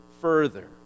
further